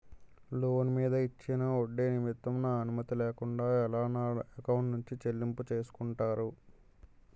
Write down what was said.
Loan మీద ఇచ్చిన ఒడ్డి నిమిత్తం నా అనుమతి లేకుండా ఎలా నా ఎకౌంట్ నుంచి చెల్లింపు చేసుకుంటారు?